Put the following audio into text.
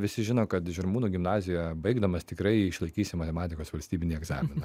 visi žino kad žirmūnų gimnaziją baigdamas tikrai išlaikysi matematikos valstybinį egzaminą